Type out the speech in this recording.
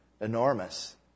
enormous